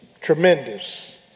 Tremendous